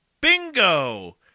Bingo